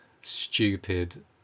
stupid